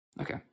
okay